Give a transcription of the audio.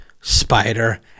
spider